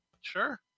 Sure